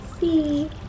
see